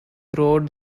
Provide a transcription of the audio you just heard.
throughout